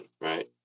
right